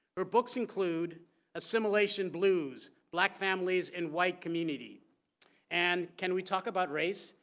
her books include assimilation blues, black families in white community and can we talk about race?